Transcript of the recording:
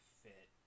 fit